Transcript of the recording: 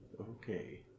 okay